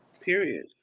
Period